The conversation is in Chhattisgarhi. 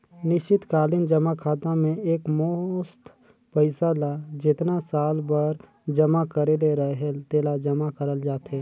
निस्चित कालीन जमा खाता में एकमुस्त पइसा ल जेतना साल बर जमा करे ले रहेल तेला जमा करल जाथे